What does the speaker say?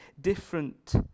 different